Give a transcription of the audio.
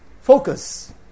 focus